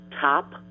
Top